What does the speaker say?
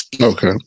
Okay